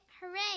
hooray